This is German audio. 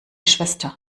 schwester